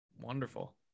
wonderful